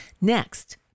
Next